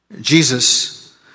Jesus